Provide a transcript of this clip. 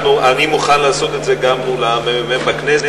אני מוכן לעשות את זה גם מולם ובכנסת.